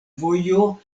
vojo